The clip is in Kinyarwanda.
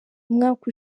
umwaka